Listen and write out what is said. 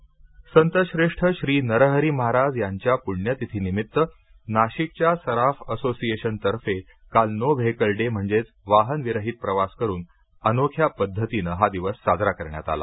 नरहरी महाराज नाशिक संतश्रेष्ठ श्री नरहरी महाराज यांच्या प्रण्यतिथीनिमित्त नाशिकच्या सराफ असोसिएशनतर्फे काल नो व्हेईकल डे म्हणजेच वाहन विरहित प्रवास करून अनोख्या पद्धतीनं हा दिवस साजरा करण्यात आला